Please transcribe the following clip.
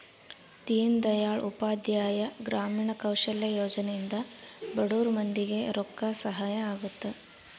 ದೀನ್ ದಯಾಳ್ ಉಪಾಧ್ಯಾಯ ಗ್ರಾಮೀಣ ಕೌಶಲ್ಯ ಯೋಜನೆ ಇಂದ ಬಡುರ್ ಮಂದಿ ಗೆ ರೊಕ್ಕ ಸಹಾಯ ಅಗುತ್ತ